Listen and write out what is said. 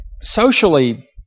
socially